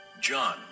John